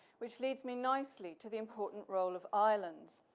which leads me nicely to the important role of islands,